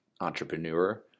entrepreneur